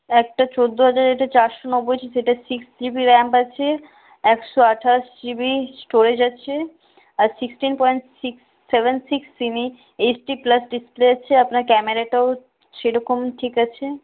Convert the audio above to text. একটা চোদ্দো হাজার এটা চারশো নব্বই সেটা সিক্স জিবি র্যাম আছে একশো আঠাশ জিবি স্টোরেজ আছে আর sixteen point six seven six semi plus display আছে আপনার ক্যামেরাটাও সেরকম ঠিক আছে